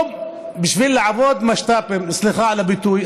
לא בשביל לעבוד כמשת"פים, סליחה על הביטוי.